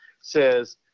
says